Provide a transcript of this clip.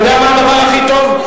אתה יודע מה הדבר הכי טוב?